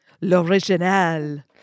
l'original